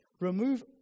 remove